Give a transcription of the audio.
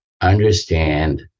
understand